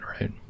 right